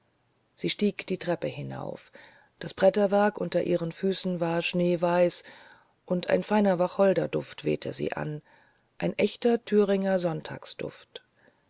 sie stieg die treppe hinauf das bretterwerk unter ihren füßen war schneeweiß und ein feiner wacholderduft wehte sie an der echte